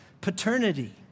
paternity